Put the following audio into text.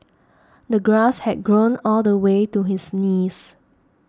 the grass had grown all the way to his knees